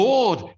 Lord